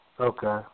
Okay